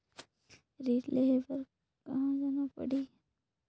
ऋण लेहे बार कहा जाना पड़ही?